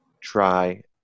try